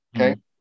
Okay